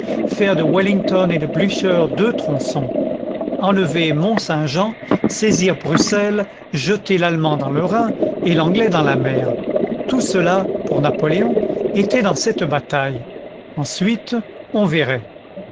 faire de wellington et de blücher deux tronçons enlever mont-saint-jean saisir bruxelles jeter l'allemand dans le rhin et l'anglais dans la mer tout cela pour napoléon était dans cette bataille ensuite on verrait